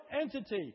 entity